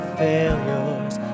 failures